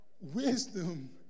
Wisdom